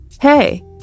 hey